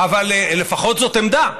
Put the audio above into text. אבל לפחות זאת עמדה.